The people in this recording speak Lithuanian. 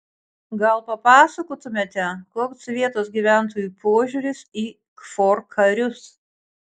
gal papasakotumėte koks vietos gyventojų požiūris į kfor karius